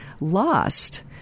lost